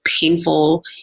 painful